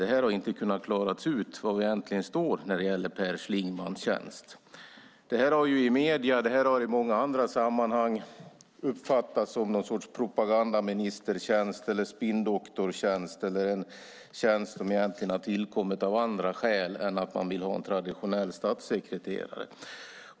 Det har inte kunnat klaras ut vad det egentligen står när det gäller Per Schlingmanns tjänst. Tjänsten har i medierna och i många andra sammanhang uppfattats som någon sorts propagandaministertjänst, spinndoktortjänst eller en tjänst som har tillkommit av andra skäl än att man vill ha en traditionell statssekreterare.